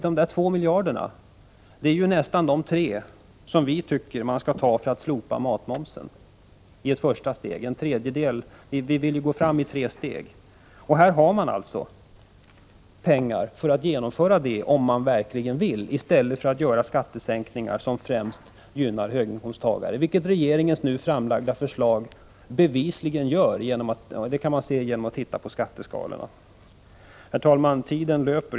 De 2 miljarderna är ju nästan de 3 miljarder som vi tycker att man skall ta för att slopa matmomsen med en tredjedel i ett första steg — vi vill gå fram i tre steg. Man har alltså pengar för att minska matmomsen, om man verkligen vill, i stället för att ge skattesänkningar som främst gynnar höginkomsttagare, vilket regeringens nu framlagda förslag bevisligen gör. Det kan man se genom att titta på skatteskalorna. Herr talman! Tiden löper.